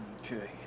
Okay